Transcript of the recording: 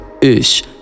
Ich